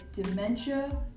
dementia